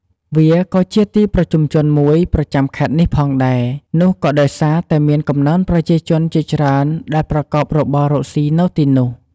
វាក៏ជាទីប្រជុំជនមួយប្រចាំខេត្តនេះផងដែរ នោះក៏ដោយសារតែមានកំណើនប្រជាជនជាច្រើនដែលប្រកបរបររកស៊ីនៅទីនោះ។